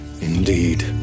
indeed